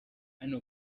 hano